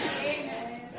Amen